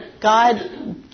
God